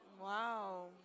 Wow